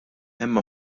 hemm